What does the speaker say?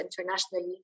internationally